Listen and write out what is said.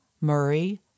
Murray